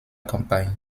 campagne